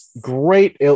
great